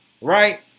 right